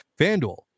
Fanduel